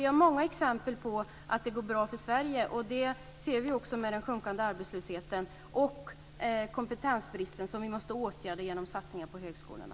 Vi har många exempel på att det går bra för Sverige, och det ser vi också på den sjunkande arbetslösheten och kompetensbristen, som vi måste åtgärda genom satsningar på högskolorna.